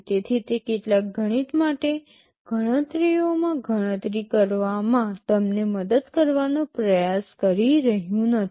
તેથી તે કેટલાક ગણિત માટે ગણતરીઓમાં ગણતરી કરવામાં તમને મદદ કરવાનો પ્રયાસ કરી રહ્યું નથી